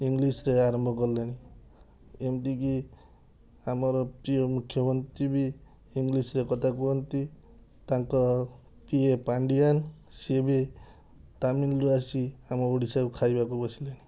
English ରେ ଆରମ୍ଭ କଲେଣି ଏମିତିକି ଆମର ପ୍ରିୟ ମୁଖ୍ୟମନ୍ତ୍ରୀ ବି ଇଂଗ୍ଲିଶ୍ ରେ କଥା କୁହନ୍ତି ତାଙ୍କ ପି ଏ ପାଣ୍ଡିଆନ ସିଏ ବି ତାମିଲ ରୁ ଆସି ଆମ ଓଡ଼ିଶା କୁ ଖାଇବାକୁ ବସିଲେଣି